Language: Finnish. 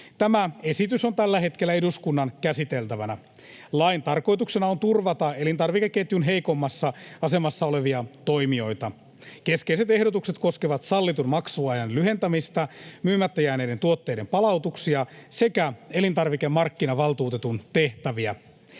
Tämä esitys on tällä hetkellä eduskunnan käsiteltävänä. Lain tarkoituksena on turvata elintarvikeketjun heikoimmassa asemassa olevia toimijoita. Keskeiset ehdotukset koskevat sallitun maksuajan lyhentämistä, myymättä jääneiden tuotteiden palautuksia sekä elintarvikemarkkinavaltuutetun tehtäviä.